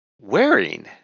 wearing